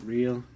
Real